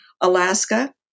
Alaska